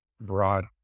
broad